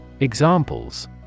Examples